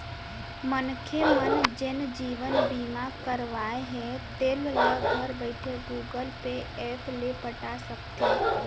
मनखे मन जेन जीवन बीमा करवाए हें तेल ल घर बइठे गुगल पे ऐप ले पटा सकथे